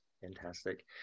Fantastic